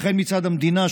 וכן מצד המדינה,